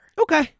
Okay